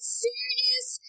serious